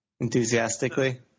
enthusiastically